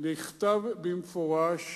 נכתב במפורש